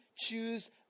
choose